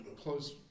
close